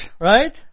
right